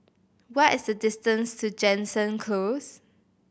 what is the distance to Jansen Close